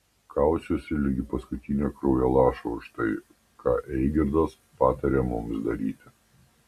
kausiuosi ligi paskutinio kraujo lašo už tai ką eigirdas patarė mums daryti